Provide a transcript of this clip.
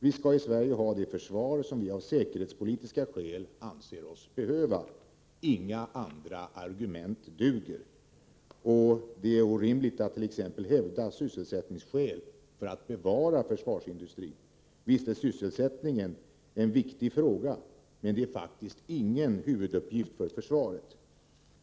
Vi skall i Sverige ha det försvar som vi av säkerhetspolitiska skäl anser oss behöva — inga andra argument duger. Det är orimligt att t.ex. åberopa sysselsättningsskäl för att bevara försvarsindustrin. Visst är sysselsättningen en viktig fråga, men den är faktiskt ingen huvuduppgift för försvaret.